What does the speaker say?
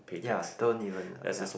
ya don't even like ya